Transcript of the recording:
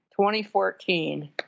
2014